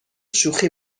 شوخی